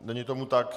Není tomu tak.